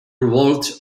revolt